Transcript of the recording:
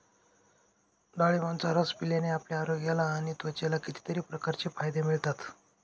डाळिंबाचा रस पिल्याने आपल्या आरोग्याला आणि त्वचेला कितीतरी प्रकारचे फायदे मिळतात